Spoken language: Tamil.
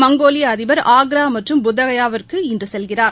மங்கோலிய அதிபர் ஆக்ரா மற்றும் புத்தகயாவிற்கு இன்று செல்கிறார்